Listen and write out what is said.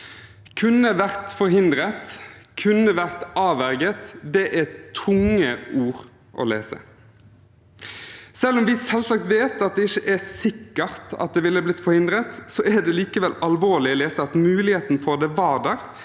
«Kunne vært forhindret», «kunne vært avverget» – det er tunge ord å lese. Selv om vi selvsagt vet at det ikke er sikkert at det ville blitt forhindret, er det likevel alvorlig å lese at muligheten for det var der